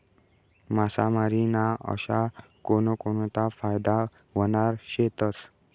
मासामारी ना अशा कोनकोनता फायदा व्हनारा शेतस?